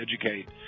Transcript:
educate